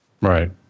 Right